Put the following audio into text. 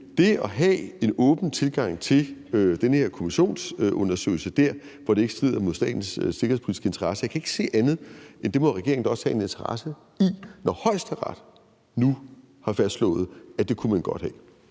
til at have en åben tilgang til den her kommissionsundersøgelse der, hvor det ikke strider imod statens sikkerhedspolitiske interesser, kan jeg ikke se andet, end at det må regeringen da også have en interesse i, når Højesteret nu har fastslået, at det kunne man godt have.